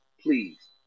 Please